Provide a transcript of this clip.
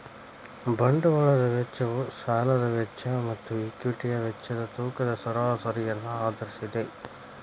ಬಂಡವಾಳದ ವೆಚ್ಚವು ಸಾಲದ ವೆಚ್ಚ ಮತ್ತು ಈಕ್ವಿಟಿಯ ವೆಚ್ಚದ ತೂಕದ ಸರಾಸರಿಯನ್ನು ಆಧರಿಸಿದೆ